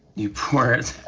you pour it